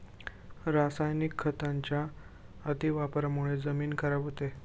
रासायनिक खतांच्या अतिवापरामुळे जमीन खराब होते